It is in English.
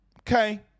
Okay